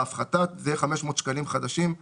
בהפחתת 500 שקלים חדשים";